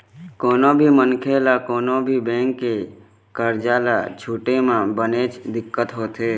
कोनो भी मनखे ल कोनो भी बेंक के करजा ल छूटे म बनेच दिक्कत होथे